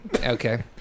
okay